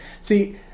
see